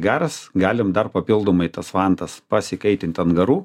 garas galim dar papildomai tas vantas pasikaitint ant garų